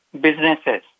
businesses